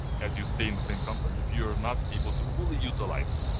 as you stay in the same company, if you're not able to fully utilize it.